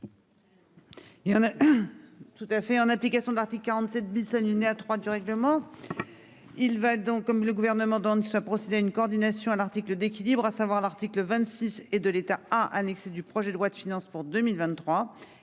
en application de l'article 47 bis alinéa 3 du règlement. Il va donc comme le gouvernement dans ce procédé à une coordination à l'article d'équilibre, à savoir l'article 26 et de l'État a annexe du projet de loi de finances pour 2023